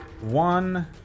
One